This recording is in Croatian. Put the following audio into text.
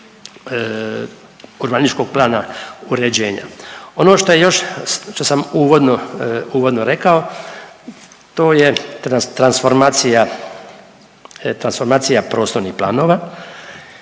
urbanističkog plana uređenja. Ono što je još što sam uvodno rekao to je transformacija prostornih planova